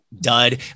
dud